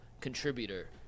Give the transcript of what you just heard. contributor